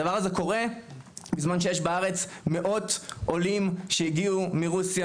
הדבר הזה קורה בזמן שיש בארץ מאות עולים שהגיעו מרוסיה,